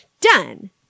done